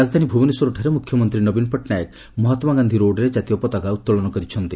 ରାଜଧାନୀ ଭୁବନେଶ୍ୱରଠାରେ ମୁଖ୍ୟମନ୍ତ୍ରୀ ନବୀନ ପଟ୍ଟନାୟକ ମହାତ୍କାଗାନ୍ଧି ରୋଡ୍ରେ କାତୀୟ ପତାକା ଉତ୍ତୋଳନ କରିଛନ୍ତି